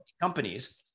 companies